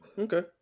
Okay